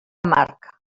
amarg